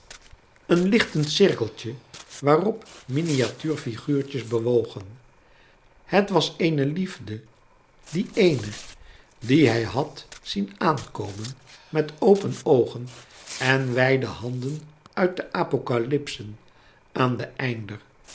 een lichtend cirkeltje waarop miniatuurfiguurtjes bewogen het was eene liefde dien eene dien hij had zien aankomen met open oogen en wijde handen uit de apocalypsen aan den einder